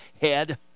head